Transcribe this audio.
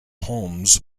holmes